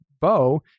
Bo